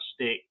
Stick